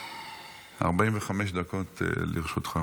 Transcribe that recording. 45 דקות לרשותך.